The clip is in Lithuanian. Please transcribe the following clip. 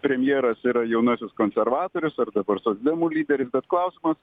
premjeras yra jaunasis konservatorius ar dabar socdemų lyderis bet klausimas